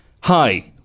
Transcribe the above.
Hi